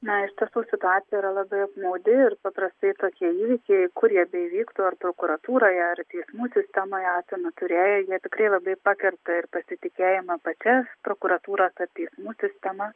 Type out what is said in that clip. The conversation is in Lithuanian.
na iš tiesų situacija yra labai apmaudi ir paprastai tokie įvykiai kur jie bevyktų ar prokuratūroje ar teismų sistemoje esame turėję jie tikrai labai pakerta ir pasitikėjimą pačia prokuratūra kad teismų sistema